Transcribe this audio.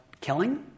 killing